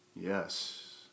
Yes